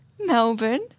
Melbourne